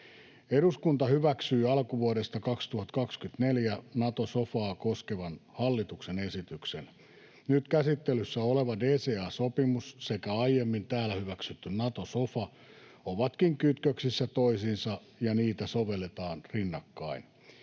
Eduskunta hyväksyi alkuvuodesta 2024 Nato-sofaa koskevan hallituksen esityksen. Nyt käsittelyssä oleva DCA-sopimus sekä aiemmin täällä hyväksytty Nato-sofa ovatkin kytköksissä toisiinsa, ja niitä sovelletaan rinnakkain.